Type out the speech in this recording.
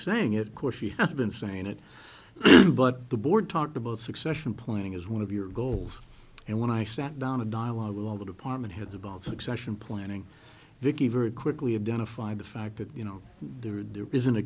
saying it course she had been saying it but the board talked about succession planning as one of your goals and when i sat down to dialogue with all the department heads about succession planning vicki very quickly identified the fact that you know there are there isn't a